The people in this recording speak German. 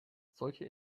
solche